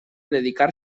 dedicar